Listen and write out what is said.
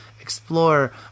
explore